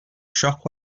shock